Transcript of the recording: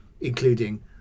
including